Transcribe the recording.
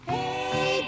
Hey